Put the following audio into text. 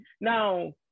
Now